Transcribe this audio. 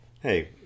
Hey